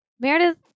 Meredith